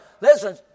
listen